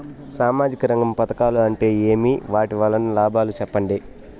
సామాజిక రంగం పథకాలు అంటే ఏమి? వాటి వలన లాభాలు సెప్పండి?